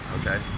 okay